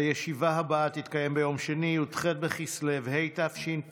הישיבה הבאה תתקיים ביום שני י"ח בכסלו התשפ"ג,